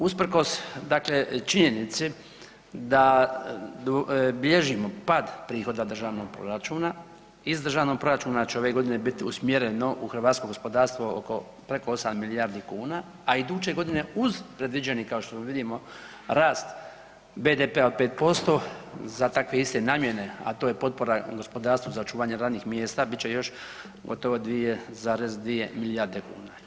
Usprkos dakle činjenici da bilježimo pad prihoda državnog proračuna iz državnog proračuna će ove godine biti usmjereno u hrvatsko gospodarstvo oko preko 8 milijardi kuna, a iduće godine uz predviđeni kao što vidimo rast BDP-a od 5% za takve iste namjene, a to je potpora gospodarstvu za očuvanje radnih mjesta bit će još gotovo 2,2 milijarde kuna.